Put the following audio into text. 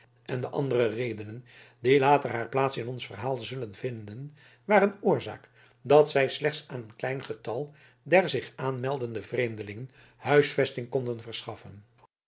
en andere redenen die later haar plaats in ons verhaal zullen vinden waren oorzaak dat zij slechts aan een klein getal der zich aanmeldende vreemdelingen huisvesting konden verschaffen